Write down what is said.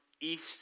east